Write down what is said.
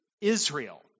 Israel